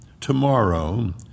tomorrow